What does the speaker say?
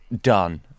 done